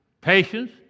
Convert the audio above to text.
Patience